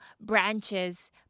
branches